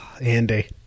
Andy